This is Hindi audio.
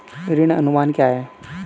ऋण अनुमान क्या है?